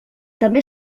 també